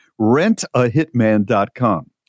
rentahitman.com